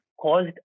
caused